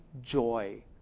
joy